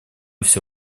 все